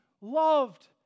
loved